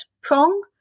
prong